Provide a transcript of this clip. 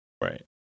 Right